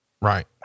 right